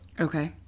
Okay